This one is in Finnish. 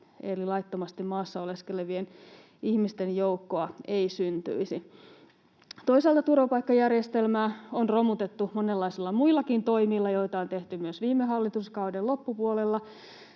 eli laittomasti maassa oleskelevien ihmisten joukkoa ei syntyisi. Toisaalta turvapaikkajärjestelmää on romutettu monenlaisilla muillakin toimilla, joita on tehty myös viime hallituskauden loppupuolella.